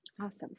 Awesome